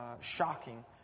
shocking